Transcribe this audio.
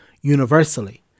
universally